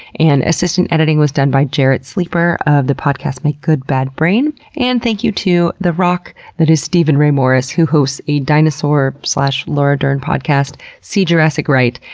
and assistant editing was done by jarrett sleeper of the podcast my good bad brain. and thank you to the rock that is steven ray morris, who hosts a dinosaur laura dern podcast see jurassic right,